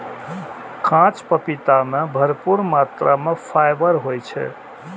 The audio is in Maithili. कांच पपीता मे भरपूर मात्रा मे फाइबर होइ छै